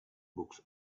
books